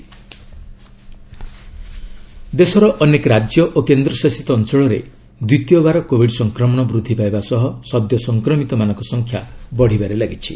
covid status ଦେଶର ଅନେକ ରାଜ୍ୟ ଓ କେନ୍ଦ୍ରଶାସିତ ଅଞ୍ଚଳରେ ଦ୍ୱିତୀୟବାର କୋବିଡ ସଂକ୍ରମଣ ବୃଦ୍ଧି ପାଇବା ସହ ସଦ୍ୟ ସଂକ୍ରମିତମାନଙ୍କ ସଂଖ୍ୟା ବଢ଼ିବାରେ ଲାଗିଛି